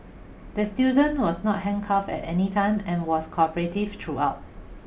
the student was not handcuffed at any time and was cooperative throughout